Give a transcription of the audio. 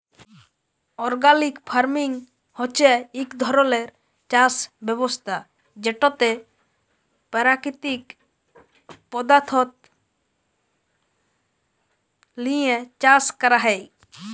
organic farming হছে ইক ধরলের চাষ ব্যবস্থা যেটতে পাকিতিক পদাথ্থ লিঁয়ে চাষ ক্যরা হ্যয়